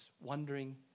wondering